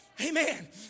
amen